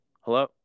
Hello